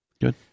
Good